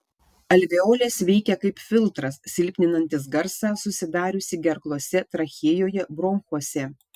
alveolės veikia kaip filtras silpninantis garsą susidariusį gerklose trachėjoje bronchuose